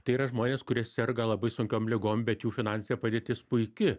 tai yra žmonės kurie serga labai sunkiom ligom bet jų finansinė padėtis puiki